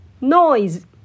Noise